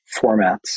formats